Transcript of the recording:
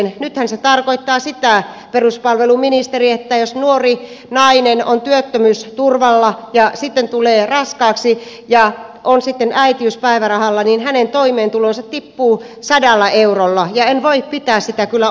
nythän se tarkoittaa sitä peruspalveluministeri että jos nuori nainen on työttömyysturvalla ja sitten tulee raskaaksi ja on sitten äitiyspäivärahalla niin hänen toimeentulonsa tippuu sadalla eurolla ja en voi pitää sitä kyllä oikeudenmukaisena asiana